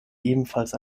ebenfalls